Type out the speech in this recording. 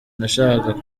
nashakaga